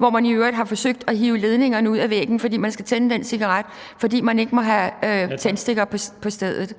man har i øvrigt forsøgt at hive ledningerne ud af væggen for at tænde den cigaret, fordi man ikke må have tændstikker på stedet.